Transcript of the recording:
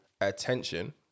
attention